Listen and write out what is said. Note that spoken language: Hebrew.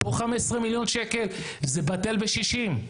פה 15 מיליון שקל, זה בטל בשישים.